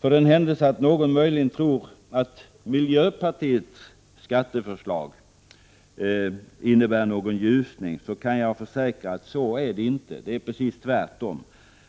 För den händelse att någon tror att miljöpartiets skatteförslag innebär en ljusning, kan jag försäkra att det inte är så, utan precis tvärtom.